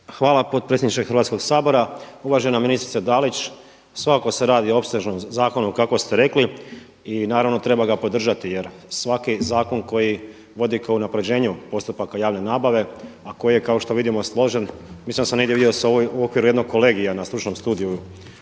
Hvala potpredsjedniče Hrvatskoga sabora. Uvažena ministrice Dalić, svakako se radi o opsežnom zakonu kako ste rekli i naravno treba ga podržati jer svaki zakon koji vodi ka unapređenju postupaka javne nabave a koji je kao što vidimo složen, mislim da sam negdje vidio da se u okviru jednog kolegija na stručnom studiju